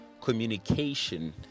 communication